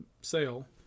sale